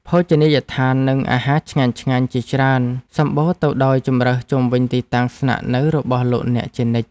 ភោជនីយដ្ឋាននិងហាងអាហារឆ្ងាញ់ៗជាច្រើនសម្បូរទៅដោយជម្រើសជុំវិញទីតាំងស្នាក់នៅរបស់លោកអ្នកជានិច្ច។